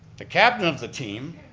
the captain of the team,